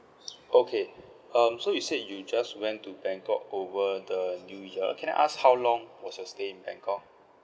okay um so you said you just went to bangkok over the new year can I ask how long was your stay in bangkok